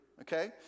okay